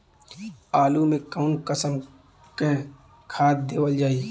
आलू मे कऊन कसमक खाद देवल जाई?